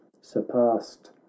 surpassed